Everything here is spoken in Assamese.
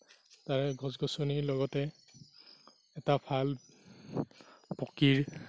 তাৰে গছ গছনিৰ লগতে এটা ভাল পকীৰ